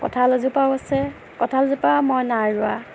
কঁঠাল এজোপাও আছে কঁঠালজোপা মই নাই ৰোৱা